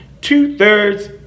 two-thirds